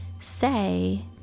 say